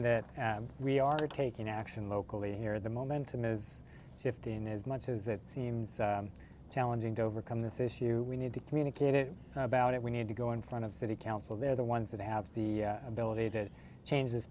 that we are taking action locally here the momentum is shifting as much as it seems challenging to overcome this issue we need to communicate it about it we need to go in front of city council they're the ones that have the ability to change this